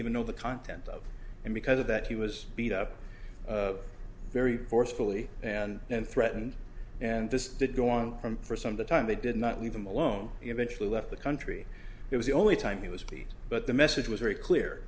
even know the content of it because of that he was beat up very forcefully and and threatened and this did go on from for some of the time they did not leave him alone eventually left the country it was the only he was beat but the message was very clear